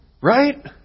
Right